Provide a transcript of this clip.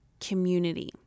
community